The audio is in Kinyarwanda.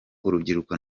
urubyiruko